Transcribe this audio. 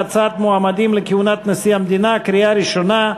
הוראת שעה),